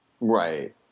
Right